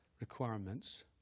requirements